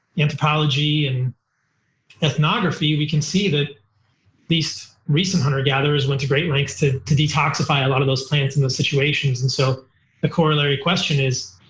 anthropology and ethnography, we can see that at least recent hunter-gatherers went to great lengths to to detoxify a lot of those plants in those situations. and so the corollary question is,